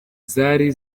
zari